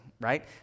right